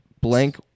Blank